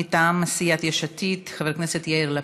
מטעם סיעת יש עתיד, חבר הכנסת יאיר לפיד,